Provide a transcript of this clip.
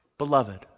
Beloved